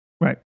right